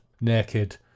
naked